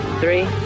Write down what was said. Three